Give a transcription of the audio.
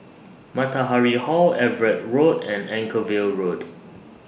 Matahari Hall Everitt Road and Anchorvale Road